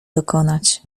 dokonać